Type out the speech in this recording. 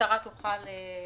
נמצא בבדיקה של מבקר המדינה.